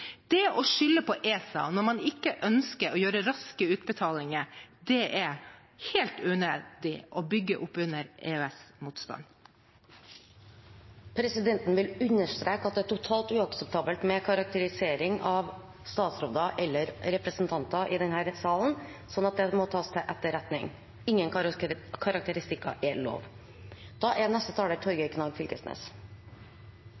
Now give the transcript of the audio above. Det å skylde på ESA når man ikke ønsker å gjøre raske utbetalinger, er helt unødvendig, og det bygger opp under EØS-motstand. Presidenten vil understreke at det er totalt uakseptabelt med karakterisering av statsråder eller representanter i denne salen, så det må tas til etterretning. Ingen karakteristikker er lov. Da